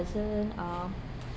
um